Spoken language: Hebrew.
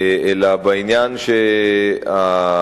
אלא בעניין שהאינטרס,